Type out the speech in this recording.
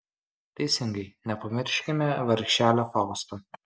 teisingai nepamirškime vargšelio fausto